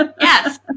yes